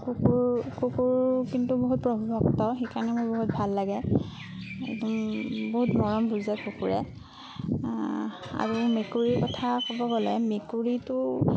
কুকুৰ কুকুৰ কিন্তু বহুত প্ৰভুভক্ত সেইকাৰণে মোৰ বহুত ভাল লাগে বহুত মৰম বুজে কুকুৰে আৰু মেকুৰীৰ কথা ক'ব গ'লে মেকুৰিটো